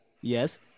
yes